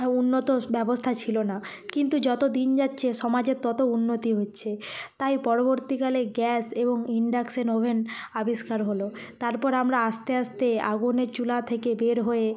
উন্নত ব্যবস্থা ছিলো না কিন্তু যত দিন যাচ্ছে সমাজের তত উন্নতি হচ্ছে তাই পরবর্তীকালে গ্যাস এবং ইনডাকশেন ওভেন আবিষ্কার হল তারপর আমরা আস্তে আস্তে আগুনের চুলা থেকে বের হয়ে